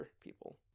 people